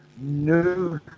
new